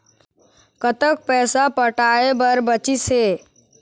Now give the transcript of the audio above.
कतक पैसा पटाए बर बचीस हे?